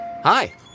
Hi